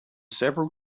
several